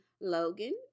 Logan